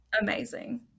amazing